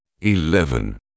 eleven